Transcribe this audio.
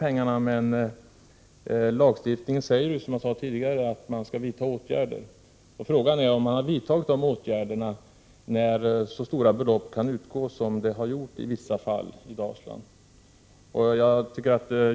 Enligt lagstiftningen skall alltså åtgärder vidtas, och frågan är om åtgärder har vidtagits, när så stora belopp kan utgå som i vissa fall har utgått.